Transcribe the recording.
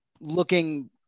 looking